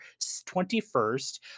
21st